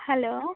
hello